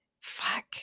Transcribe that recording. Fuck